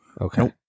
okay